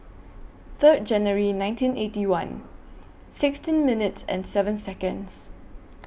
Third January nineteen Eighty One sixteen minutes and seven Seconds